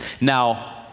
Now